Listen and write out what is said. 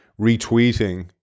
retweeting